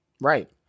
Right